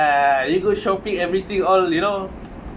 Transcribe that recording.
ya you go shopping everything all you know